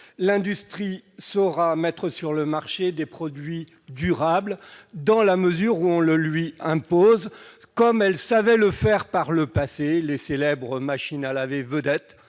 L'industrie saura mettre sur le marché des produits durables, dans la mesure où on le lui impose, comme elle savait le faire par le passé : les célèbres machines à laver Vedette